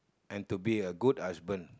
and to be a good husband